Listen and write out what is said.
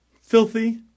filthy